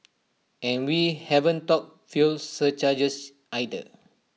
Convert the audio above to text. and we haven't talked fuel surcharges either